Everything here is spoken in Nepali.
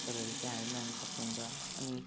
तपाईँहरू त्यहाँ हेर्नु आउनु सक्नुहुन्छ अनि